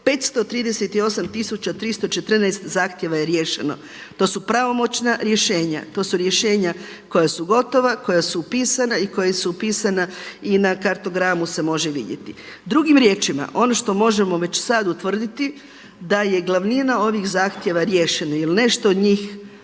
314 zahtjeva je riješeno, to su pravomoćna rješenja, to su rješenja koja su gotova, koja su upisana i koja su upisana i na kartogramu se može vidjeti. Drugim riječima, ono što možemo sad utvrditi da je glavnina ovih zahtjeva riješena ili nešto od njih